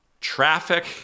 traffic